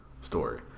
story